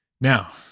Now